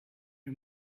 her